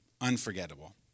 unforgettable